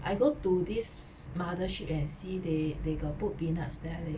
I go to this Mothership eh see they they got put peanuts there leh